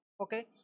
okay